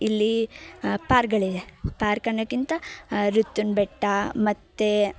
ಇಲ್ಲಿ ಪಾರ್ಕ್ಗಳಿದೆ ಪಾರ್ಕ್ ಅನ್ನೋಕ್ಕಿಂತ ರುತ್ತುನ್ ಬೆಟ್ಟ ಮತ್ತು